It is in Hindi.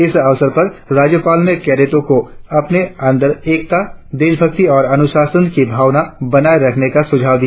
इस अवसर पर राज्यपाल ने कैडेटो को अपने अंदर एकता देशभक्ति और अनुशासन की भावना बनाए रखने का सुझाव दिया